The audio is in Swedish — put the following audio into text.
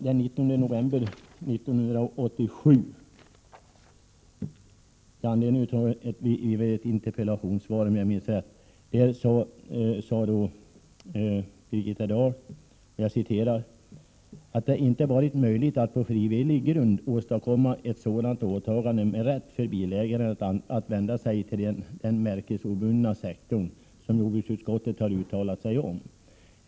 Den 19 november 1987 framhöll Birgitta Dahl — om jag minns rätt var det i ett interpellationssvar — att det ”inte varit möjligt att på frivillig grund åstadkomma ett sådant åtagande med rätt för bilägaren att vända sig till den märkesobundna sektorn som jordbruksutskottet har uttalat sig om.